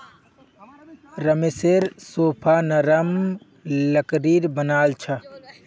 रमेशेर सोफा नरम लकड़ीर बनाल छ